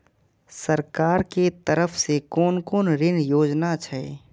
सरकार के तरफ से कोन कोन ऋण योजना छै?